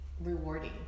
rewarding